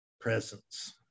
presence